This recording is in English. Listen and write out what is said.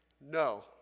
No